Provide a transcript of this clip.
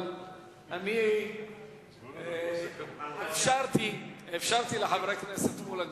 אבל אני אפשרתי לחבר הכנסת מולה,